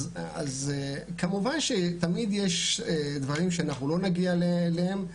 כמובן שתמיד יש דברים שאנחנו לא נגיע אליהם,